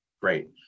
Great